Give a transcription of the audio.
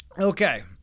Okay